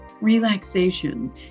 relaxation